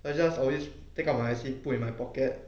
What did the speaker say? I just always take out my I_C put in my pocket